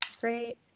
Great